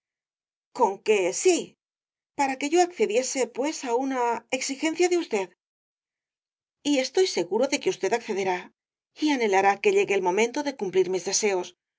conque sí para que yo accediese pues á una exigencia de usted y estoy seguro de que usted accederá y anhelará que llegue el momento de cumplir mis deseos